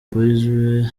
boys